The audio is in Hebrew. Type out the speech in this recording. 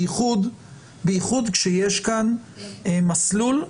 בייחוד כשיש כאן שני מסלולים,